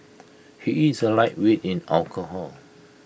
he is A lightweight in alcohol